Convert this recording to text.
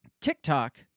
TikTok